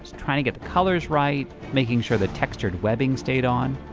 trying to get the colors right, making sure the textured webbing stayed on.